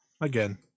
again